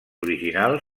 original